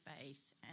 faith